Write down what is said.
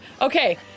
Okay